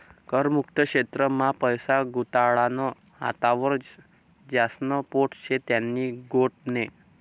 कर मुक्त क्षेत्र मा पैसा गुताडानं हातावर ज्यास्न पोट शे त्यानी गोट नै